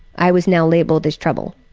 i was now labeled as trouble,